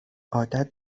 عادت